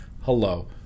hello